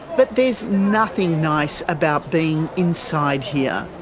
but there's nothing nice about being inside here.